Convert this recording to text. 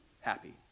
happy